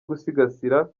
gusigasira